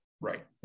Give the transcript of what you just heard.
right